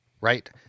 right